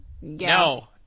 No